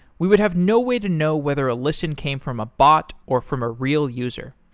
we would have no way to know whether a listen came from a bot, or from a real user.